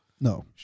No